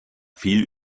viel